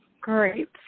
great